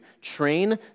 train